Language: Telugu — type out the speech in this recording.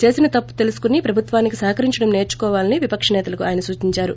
చేసిన తప్పు తెలుసుకొని ప్రభుత్వానికి సహకరించడం సేర్చుకోవాలని విపక్ష సేతలకు ఆయన సూచించారు